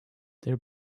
their